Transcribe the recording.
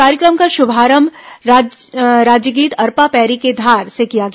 कार्यक्रम का शुभारंभ राज्यगीत अरपा पैरी के धार से किया गया